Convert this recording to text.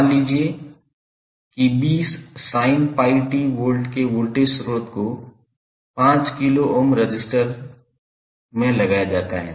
मान लीजिए कि 20sin𝜋𝑡 V के वोल्टेज स्रोत को 5 k 𝛺 रजिस्टर के में लगाया जाता है